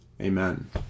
Amen